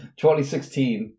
2016